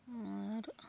ᱟᱨ